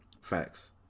Facts